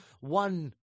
one